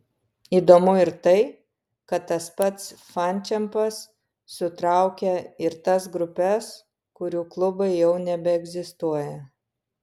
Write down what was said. įdomu ir tai kad tas pats fančempas sutraukia ir tas grupes kurių klubai jau nebeegzistuoja